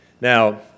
Now